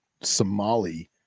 somali